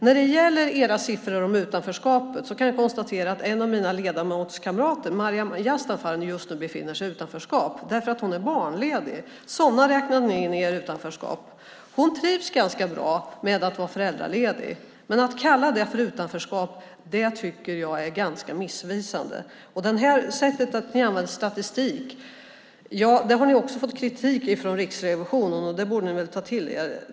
När det gäller era siffror om utanförskapet, statsrådet, kan jag konstatera att en av mina ledamotskamrater, Maryam Yazdanfar, just nu befinner sig i utanförskap eftersom hon är barnledig. Sådana räknar ni in i ert utanförskap. Hon trivs ganska bra med att vara föräldraledig, men att kalla det för utanförskap tycker jag är ganska missvisande. Det sättet att använda statistik på har ni också fått kritik för från Riksrevisionen, och det borde ni ta till er.